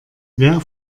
wer